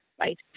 right